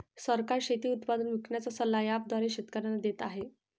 सरकार शेती उत्पादन विकण्याचा सल्ला ॲप द्वारे शेतकऱ्यांना देते आहे